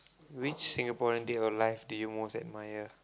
which Singaporean dead or alive did you most admire